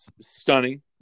stunning